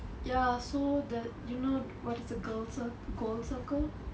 ya so the you know what is the girl cir~ goal circle